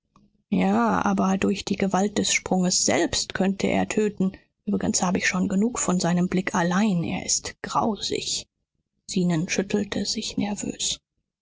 ja aber durch die gewalt des sprunges selbst könnte er töten übrigens habe ich schon genug von seinem blick allein er ist grausig zenon schüttelte sich nervös